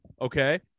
okay